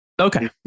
okay